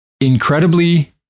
incredibly